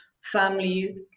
family